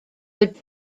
could